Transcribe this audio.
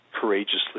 courageously